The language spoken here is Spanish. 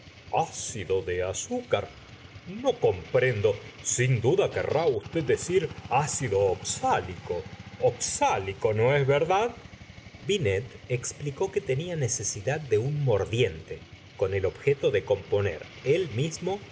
azúcar acido de azúcar no comprendo sin duda querrá usted decir ácido oxlico oxlico no es verdad binet explicó que tenia necesidad de un mordiente con el objeto de componer mismo agua